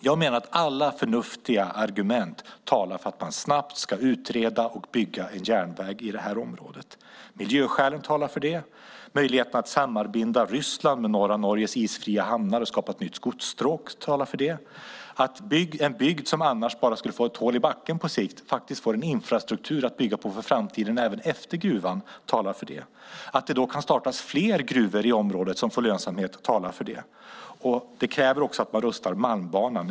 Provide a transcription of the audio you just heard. Jag menar att alla förnuftiga argument talar för att man snabbt ska utreda och bygga en järnväg i det här området. Miljöskälen talar för det. Möjligheten att sammanbinda Ryssland med norra Norges isfria hamnar och skapa ett nytt godsstråk talar för det. Att en bygd som annars bara skulle få ett hål i backen på sikt faktiskt får en infrastruktur att bygga på för framtiden även efter gruvan talar för det. Att det då kan startas fler gruvor i området som får lönsamhet talar för det. Det kräver också att man rustar Malmbanan.